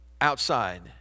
outside